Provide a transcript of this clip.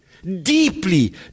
Deeply